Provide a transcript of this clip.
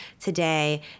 today